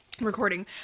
recording